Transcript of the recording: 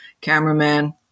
cameraman